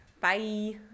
Bye